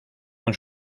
con